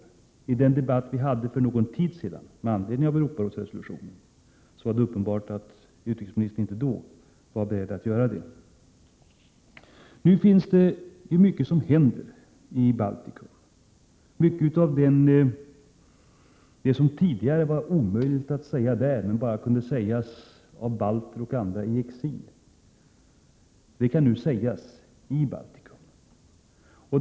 Vid den debatt vi hade för någon tid sedan med anledning av Europarådsresolutionen var det uppenbart att utrikesministern då inte var beredd att göra det. Nu händer det ju mycket i Baltikum. Mycket av det som tidigare var omöjligt att säga där och som bara kunde sägas av balter och andra i exil, kan nu sägas i Baltikum.